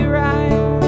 right